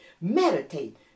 Meditate